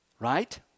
Right